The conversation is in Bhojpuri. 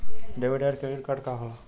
डेबिट या क्रेडिट कार्ड का होला?